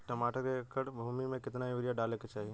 टमाटर के एक एकड़ भूमि मे कितना यूरिया डाले के चाही?